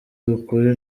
ukuri